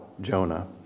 Jonah